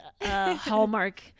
hallmark